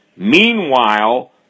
Meanwhile